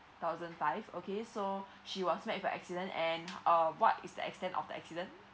thousand five okay so she was met by accident and uh what is the extent of accident